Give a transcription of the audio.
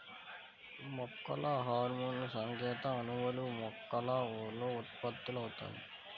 మొక్కల హార్మోన్లుసంకేత అణువులు, మొక్కల లోపల ఉత్పత్తి అవుతాయి